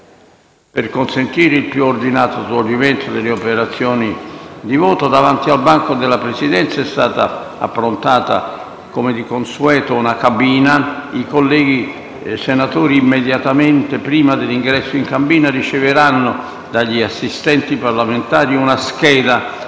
Per consentire il più ordinato svolgimento delle operazioni di voto, davanti al banco della Presidenza è stata approntata, come di consueto, una cabina. I colleghi senatori, immediatamente prima dell'ingresso in cabina, riceveranno dagli assistenti parlamentari una scheda